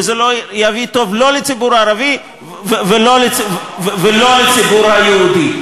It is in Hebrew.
וזה ולא יביא טוב לא לציבור הערבי ולא לציבור היהודי.